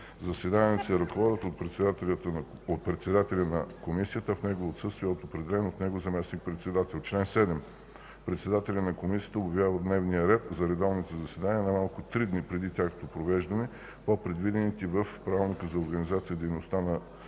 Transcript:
Заседанията се ръководят от председателя на Комисията, а в негово отсъствие – от определен от него заместник-председател. Чл. 7. Председателят на Комисията обявява дневния ред за редовните заседания най-малко три дни преди тяхното провеждане по предвидените в Правилника за